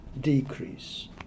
decrease